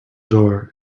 door